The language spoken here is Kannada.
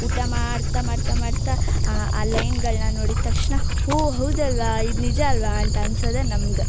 ಊಟ ಮಾಡ್ತಾ ಮಾಡ್ತಾ ಮಾಡ್ತಾ ಆ ಲೈನ್ಗಳನ್ನ ನೋಡಿದ ತಕ್ಷಣ ಓ ಹೌದಲ್ಲವಾ ಇದು ನಿಜಾ ಅಲ್ಲವಾ ಅಂತ ಅನ್ಸೋದೇ ನಮ್ಗೆ